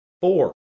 Four